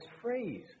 phrase